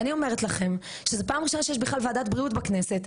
אני אומרת לכם שזה פעם ראשונה שיש בכלל ועדת בריאות בכנסת,